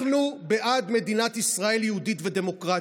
אנחנו בעד מדינת ישראל יהודית ודמוקרטית,